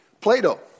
Plato